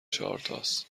چهارتاس